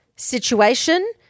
Situation